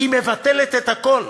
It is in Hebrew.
היא מבטלת את הכול.